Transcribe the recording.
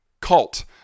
cult